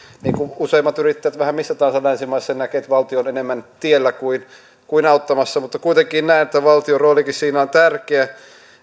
niin kuin useimmat yrittäjät vähän missä tahansa länsimaissa näkevät että valtio on enemmän tiellä kuin kuin auttamassa mutta kuitenkin näen että valtion roolikin siinä on tärkeä